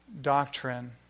doctrine